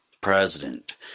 president